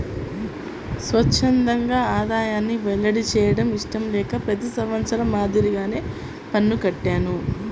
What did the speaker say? స్వఛ్చందంగా ఆదాయాన్ని వెల్లడి చేయడం ఇష్టం లేక ప్రతి సంవత్సరం మాదిరిగానే పన్ను కట్టాను